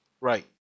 Right